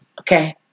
okay